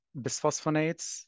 bisphosphonates